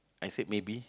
I said maybe